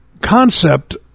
concept